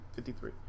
53